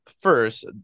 first